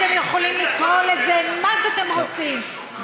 אתם יכולים לקרוא לזה מה שאתם רוצים,